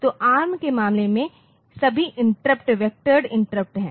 तो एआरएम के मामले में सभी इंटरप्ट वेक्टोरेड इंटरप्ट हैं